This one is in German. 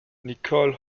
nicole